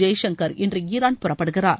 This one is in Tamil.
ஜெய்சங்கள் இன்று ஈரான் புறப்படுகிறார்